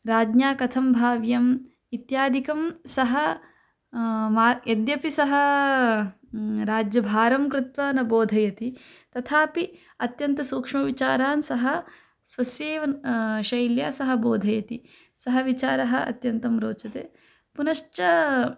राज्ञा कथं भाव्यम् इत्यादिकं सः मा यद्यपि सः राज्यभारं कृत्वा न बोधयति तथापि अत्यन्त सूक्ष्मविचारान् सः स्वस्येव शैल्या सः बोधयति सः विचारः अत्यन्तं रोचते पुनश्च